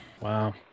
Wow